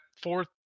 fourth